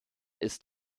ist